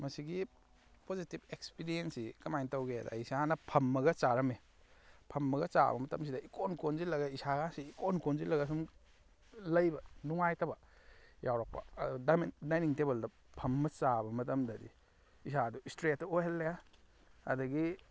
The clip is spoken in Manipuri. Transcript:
ꯃꯁꯤꯒꯤ ꯄꯣꯖꯤꯇꯤꯞ ꯑꯦꯛꯁꯄꯤꯔꯤꯌꯦꯟꯁꯤ ꯀꯃꯥꯏꯅ ꯇꯧꯒꯦꯗ ꯑꯩ ꯏꯁꯥꯅ ꯐꯝꯃꯒ ꯆꯥꯔꯝꯃꯦ ꯐꯝꯃꯒ ꯆꯥꯕ ꯃꯇꯝꯁꯤꯗ ꯏꯀꯣꯟ ꯀꯣꯟꯁꯤꯜꯂꯒ ꯏꯁꯥꯒꯁꯤ ꯏꯀꯣꯟ ꯀꯣꯟꯁꯤꯜꯂꯒ ꯑꯁꯨꯝ ꯂꯩꯕ ꯅꯨꯡꯉꯥꯏꯔꯛꯇꯕ ꯌꯥꯎꯔꯛꯄ ꯑꯗ ꯗꯥꯏꯅꯤꯡ ꯇꯦꯕꯜꯗ ꯐꯝꯃꯒ ꯆꯥꯕ ꯃꯇꯝꯗꯗꯤ ꯏꯁꯥꯗꯣ ꯏꯁꯇ꯭ꯔꯦꯠꯇ ꯑꯣꯏꯍꯜꯂꯦ ꯑꯗꯨꯗꯒꯤ